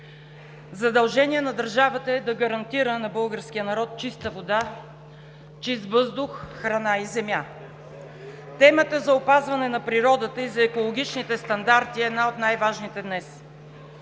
Задължение на държавата е да гарантира на българския народ чиста вода, чист въздух, храна и земя. (Ръкопляскания от ДПС.) Темата за опазване на природата и за екологичните стандарти е една от най-важните днес.